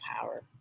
power